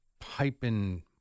piping